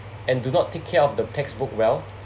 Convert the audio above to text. and do not take care of the textbook well